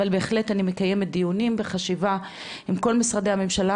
אבל בהחלט אני מקיימת דיונים וחשיבה עם כל משרדי הממשלה